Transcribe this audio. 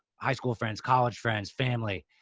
high school, friends, college friends, family,